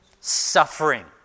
Suffering